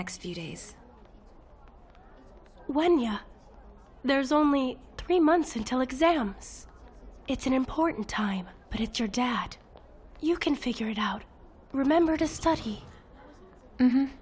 next few days when you're there's only three months until exams it's an important time but it's your dad you can figure it out remember to st